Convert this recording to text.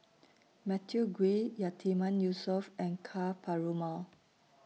Matthew Ngui Yatiman Yusof and Ka Perumal